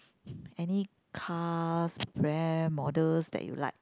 any cars brand models that you like